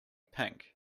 pink